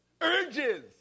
urges